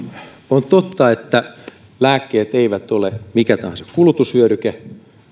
on totta että lääkkeet eivät ole mikä tahansa kulutushyödyke